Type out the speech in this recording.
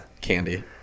Candy